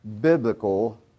biblical